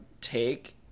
take